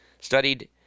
studied